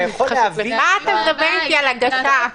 אתה יכול להביא --- מה אתה מדבר איתי על הגשה?